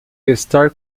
estar